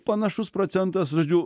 panašus procentas žodžiu